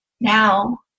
now